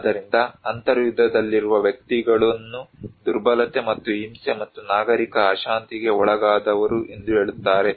ಆದ್ದರಿಂದ ಅಂತರ್ಯುದ್ಧದಲ್ಲಿರುವ ವ್ಯಕ್ತಿಗಳನ್ನು ದುರ್ಬಲತೆ ಮತ್ತು ಹಿಂಸೆ ಮತ್ತು ನಾಗರಿಕ ಅಶಾಂತಿಗೆ ಒಳಗಾದವರು ಎಂದು ಹೇಳುತ್ತಾರೆ